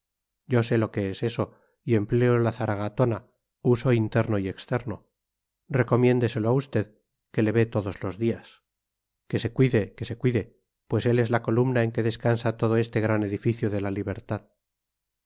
yo sé lo que es eso y empleo la zaragatona uso interno y externo recomiéndeselo usted que le ve todos los días que se cuide que se cuide pues él es la columna en que descansa todo este gran edificio de la libertad